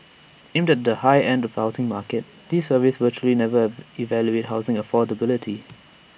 aimed at the high end of the housing market these surveys virtually never evaluate housing affordability